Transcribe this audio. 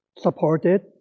supported